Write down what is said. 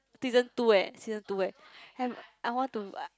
season two eh season two eh I want to I